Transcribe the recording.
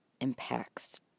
impacts